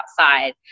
outside